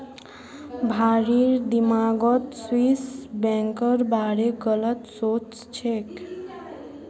भारिर दिमागत स्विस बैंकेर बारे गलत सोच छेक